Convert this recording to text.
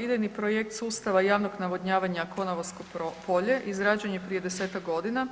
Idejni projekt sustava javnog navodnjavanja Konavolsko polje izrađen je prije 10-tak godina,